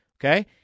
Okay